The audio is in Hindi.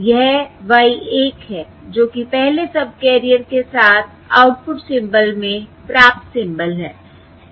यह Y 1 है जो कि पहले सबकैरियर के साथ आउटपुट सिंबल में प्राप्त सिंबल है